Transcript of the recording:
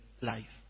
life